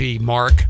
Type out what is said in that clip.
Mark